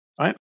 Right